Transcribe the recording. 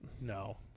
No